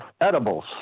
edibles